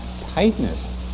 tightness